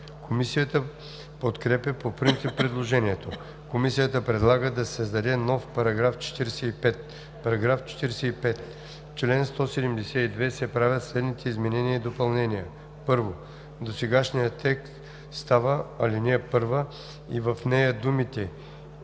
Комисията подкрепя по принцип предложението. Комисията предлага да се създаде нов § 45: „§ 45. В чл. 172 се правят следните изменения и допълнения: 1. Досегашният текст става ал. 1 и в нея думите